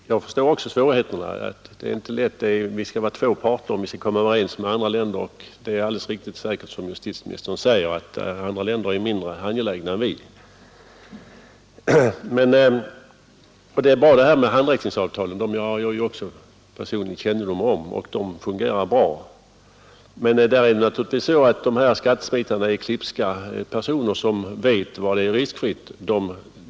Jag förstår svårigheterna. Det skall vara två parter för att åstadkomma en överenskommelse, och det är säkert alldeles riktigt som justitieministern sade, att andra länder är mindre angelägna än vi. Att handräckningsavtalen fungerar bra har jag personligen kännedom om. Men skattesmitarna är klipska personer som vet var det är riskfritt.